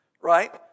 right